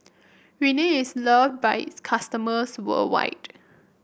Rene is loved by its customers worldwide